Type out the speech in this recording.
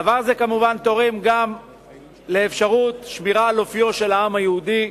דבר זה כמובן תורם גם לאפשרות שמירה על אופיו של העם היהודי.